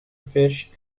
fish